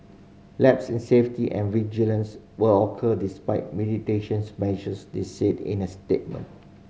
lapses in safety and vigilance will occur despite mitigation measures they said in a statement